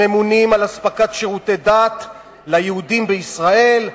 שממונים על מתן שירותי דת ליהודים בישראל,